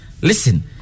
listen